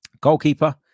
Goalkeeper